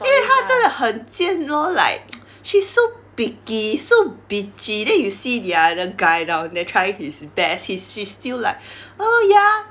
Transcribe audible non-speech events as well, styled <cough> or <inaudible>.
因为她真的很贱 lor like <noise> she's so picky so bitchy then you see the other guy down there trying his best then he's she's still like oh ya